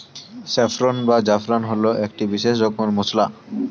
saffron বা জাফরান হল একটি বিশেষ রকমের মশলা